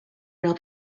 real